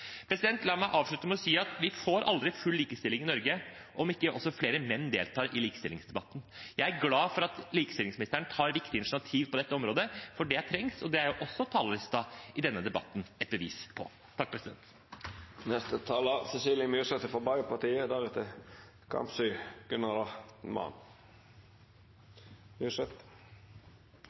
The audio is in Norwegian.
La meg avslutte med å si at vi får aldri full likestilling i Norge om ikke også flere menn deltar i likestillingsdebatten. Jeg er glad for at likestillingsministeren tar viktige initiativ på dette området, for det trengs, og det er også talerlisten i denne debatten et bevis på.